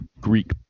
Greek